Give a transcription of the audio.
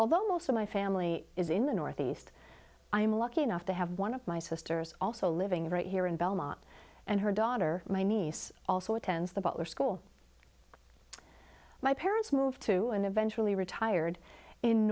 although most of my family is in the northeast i am lucky enough to have one of my sisters also living right here in belmont and her daughter my niece also attends the butler school my parents moved to and eventually retired in